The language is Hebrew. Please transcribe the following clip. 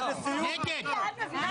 לא, לא, לא, אנחנו רוצים לדעת מה הסיבה.